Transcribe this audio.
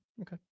Okay